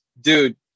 dude